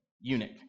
eunuch